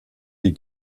die